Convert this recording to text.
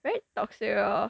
very toxic lor